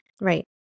Right